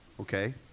Okay